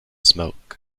smoke